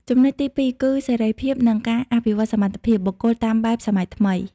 ចំណុចទីពីរគឺ "សេរីភាព" និង "ការអភិវឌ្ឍសមត្ថភាព" បុគ្គលតាមបែបសម័យថ្មី។